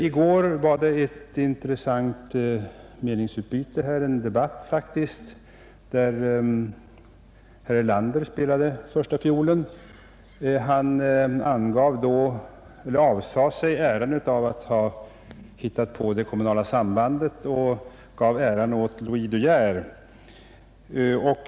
I går ägde här rum ett intressant meningsutbyte — en verklig debatt — där herr Erlander spelade första fiolen. Han avsade sig då äran av att ha hittat på det kommunala sambandet och gav den åt Louis De Geer.